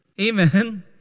Amen